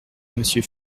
monsieur